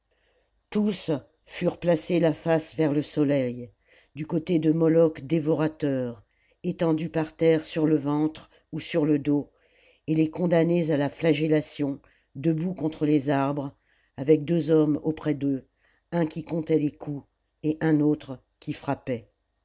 tous furent placés la face vers le soleil du côté de moloch dévorateur étendus par terre sur le ventre ou sur le dos et les condamnés à la flagellation debout contre les arbres avec deux hommes auprès d'eux un qui comptait les coups et un autre qui frappait